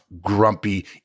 grumpy